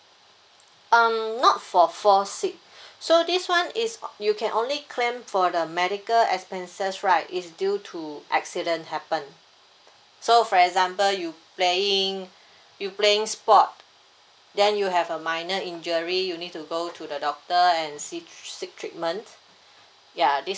um not for fall sick so this [one] is you can only claim for the medical expenses right is due to accident happen so for example you playing you playing sport then you have a minor injury you need to go to the doctor and seek seek treatment ya this